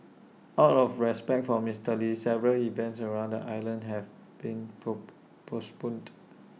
out of respect for Mister lee several events around the island have been postponed